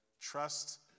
trust